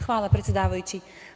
Hvala predsedavajući.